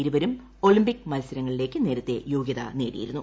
ഇരുപൂരും Olympic മത്സരങ്ങളിലേക്ക് നേരത്തേ യോഗ്യത നേടിയിരുന്നു